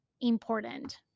important